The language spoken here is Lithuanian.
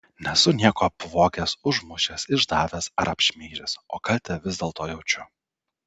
nesu nieko apvogęs užmušęs išdavęs ar apšmeižęs o kaltę vis dėlto jaučiu